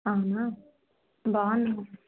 అవునా బాగున్నాయి